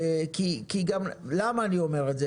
אני אומר את זה